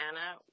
anna